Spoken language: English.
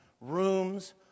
rooms